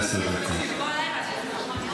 עשר דקות.